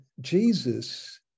Jesus